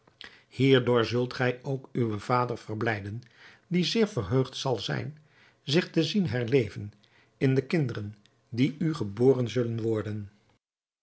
hierdoor zult gij ook uwen vader verblijden die zeer verheugd zal zijn zich te zien herleven in de kinderen die u geboren zullen worden